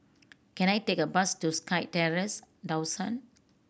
can I take a bus to SkyTerrace Dawson